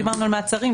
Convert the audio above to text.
דיברנו על מעצרים,